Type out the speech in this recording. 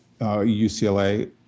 ucla